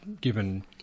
given